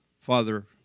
Father